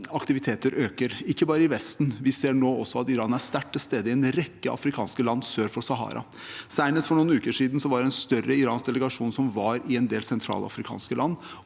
aktivitet øker, ikke bare i Vesten. Vi ser nå også at Iran er sterkt til stede i en rekke afrikanske land sør for Sahara. Senest for noen uker siden var en større iransk delegasjon i en del sentralafrikanske land